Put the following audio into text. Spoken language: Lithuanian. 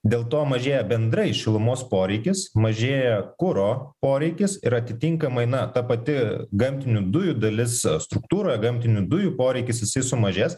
dėl to mažėja bendrai šilumos poreikis mažėja kuro poreikis ir atitinkamai na ta pati gamtinių dujų dalis struktūroje gamtinių dujų poreikis jisai sumažės